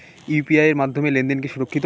UPI এর মাধ্যমে লেনদেন কি সুরক্ষিত?